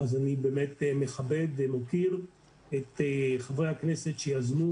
ואני מכבד ומוקיר את חברי הכנסת שיזמו